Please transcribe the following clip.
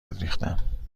ریختم